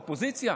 אופוזיציה.